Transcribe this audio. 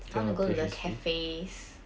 I want to go to the cafes